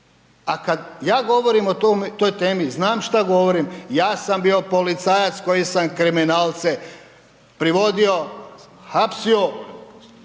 A kad ja govorim o toj temi, znam šta govorim, ja sam bio policajac koji sam kriminalce privodio, hapsio